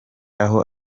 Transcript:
aho